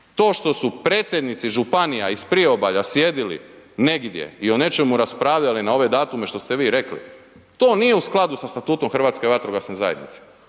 To što su predsjednici županija iz priobalja sjedili negdje i o nečemu raspravljali na ove datume što ste vi rekli, to nije u skladu sa Statuom HVZ-a. I to nisu važeće